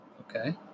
okay